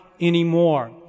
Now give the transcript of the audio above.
anymore